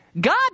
God